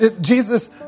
Jesus